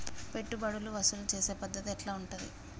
పెట్టుబడులు వసూలు చేసే పద్ధతి ఎట్లా ఉంటది?